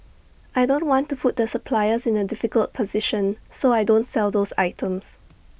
I don't want to put the suppliers in A difficult position so I don't sell those items